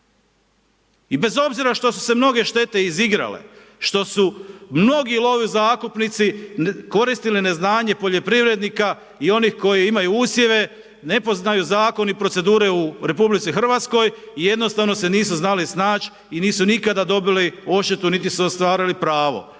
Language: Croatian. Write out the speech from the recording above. I bez obzira što su se mnoge štete izigrale, što su mnogi lovozakupnici koristili neznanje poljoprivrednika i onih koji imaju usjeve, ne poznaju Zakon i procedure u Republici Hrvatskoj, i jednostavne se nisu znali snać' i nisu nikada dobili odštetu niti su ostvarili pravo.